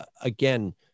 again